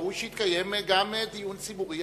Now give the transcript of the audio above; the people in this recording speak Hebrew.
ראוי שיתקיים גם דיון ציבורי,